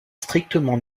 strictement